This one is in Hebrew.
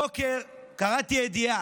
הבוקר קראתי ידיעה: